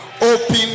open